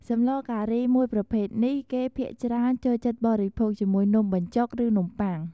សម្លការីមួយប្រភេទនេះគេភាគច្រើនចូលចិត្តបិភោគជាមួយ នំបញ្ចុកឬនំប៉័ង។